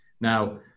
Now